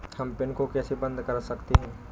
हम पिन को कैसे बंद कर सकते हैं?